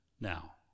now